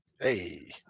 Hey